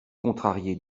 contrarié